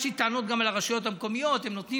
יש לי טענות גם אל הרשויות המקומיות: הן נותנות,